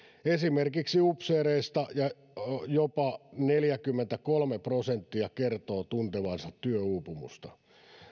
esimerkiksi upseereista jopa neljäkymmentäkolme prosenttia kertoo tuntevansa työuupumusta